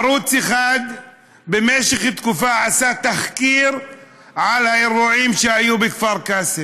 ערוץ 1 עשה במשך תקופה תחקיר על האירועים שהיו בכפר קאסם.